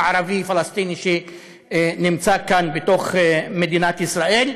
הערבי-פלסטיני שנמצא כאן בתוך מדינת ישראל,